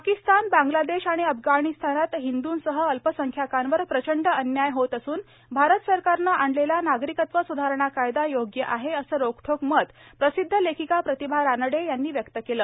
पाकिस्तान बांगलादेश आणि अफगाणिस्तानात हिंदूसह अल्पसंख्यांकांवर प्रचंड अन्याय होत असून भारत सरकारन आणलेला नागरिकत्व स्धारणा कायदा योग्य आहे असे रोखठोक मत प्रसिद्ध लेखिका प्रतिभा रानडे यांनी व्यक्त केलं